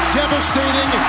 devastating